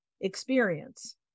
experience